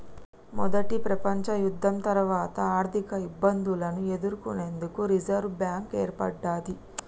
మొదటి ప్రపంచయుద్ధం తర్వాత ఆర్థికఇబ్బందులను ఎదుర్కొనేందుకు రిజర్వ్ బ్యాంక్ ఏర్పడ్డది